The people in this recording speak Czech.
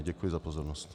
Děkuji za pozornost.